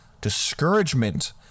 Discouragement